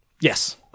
Yes